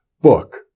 book